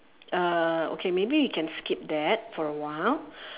uh okay maybe you can skip that for a while